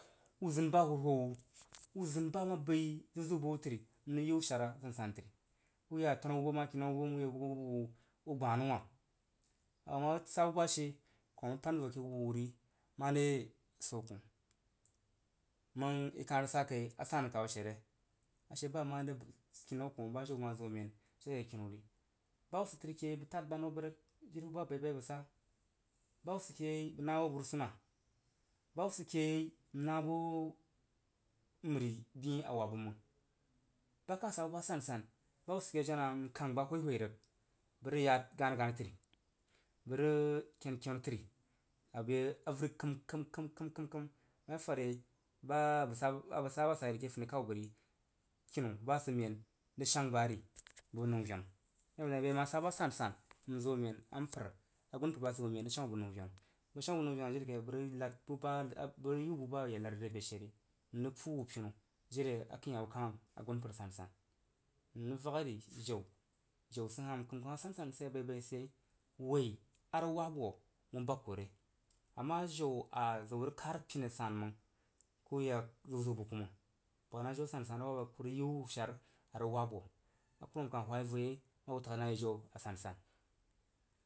Uzin ba huruhwo wu u zin ba ma bəi ziuziu bəg wu təri nrəg yi wu shar a san san təri u ya tanu awub ma kinnau awub mu ye wub awub wu u gbah nəu wah a ma sabu ba she kuruma rəg panvo ke awub wu ri more swo kah məng i koh rəg ba kai a jan rəg kab ashere ashe ba mare kinau koh badauwu zo men bəg rəg shad ke kiniwah ri. Ba hub sid ke yei bəg tad gban hoo bəg rəg jiri buba abaiba abə rəg sa ba hub bəg nah hoo bo burusuna. Ba hub sid ke ye n na bo məri byin a wab bəs məg ba kah sa bu ba sansan ba hubsidke yei n kang ba hwoihwoi rəg bə rəg yad ganaganah təri bəg ken kenutəri abe avari kəm kəm kəm bəg ma ye fad yei ba a bəg saba sai rəg ke fonikau bəri, kinu ba sid men rəg shang bari bəg bu nəu venu. Ashe ba abəs dang yi bəi a ma sa ba san san n zo man, mpar a gunpər ba sid bo men bəg rəg sheng wu bəg bu məu venu, bə rəg sheng wu bəg nəu venu ji ri kai? Bəg nad buba bəg rəg yi wu bu ba a ye nadri rebesheri n rəg puu wu pinu jiri akəin hah u kan agumpər sansan n rəs valc ari jau jau sid hah kəm kəm a san san sid yei a bai bai sid yei woi a rəg was wo u bag kore ama jau a zəg wu rəg kad a pini a san məg ko yak ziuziu bəg ku məg woi na jau a san san a kurəg yi wa shar a sansan a kurəg yi wa shar a sanson a rəg wabwu. A kuruma kah hwa yi voyei a ku tag na yi jan a jansan.